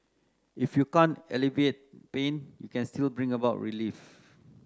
if you can't alleviate pain you can still bring about relief